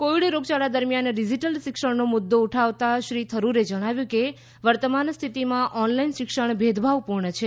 Covid રોગયાળા દરમિયાન digital શિક્ષણનો મુદ્દો ઉઠાવતાં શ્રી થરૂરે જણાવ્યું કે વર્તમાન સ્થિતિમાં ઓનલાઇન શિક્ષણ ભેદભાવપૂર્ણ છે